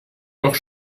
doch